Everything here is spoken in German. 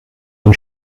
den